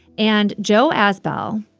and joe azbell,